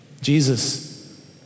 Jesus